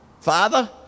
Father